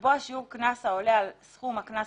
לקבוע שיעור קנס העולה על סכום הקנס